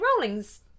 Rowling's